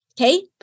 Okay